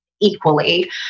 Equally